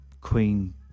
Queen